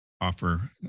offer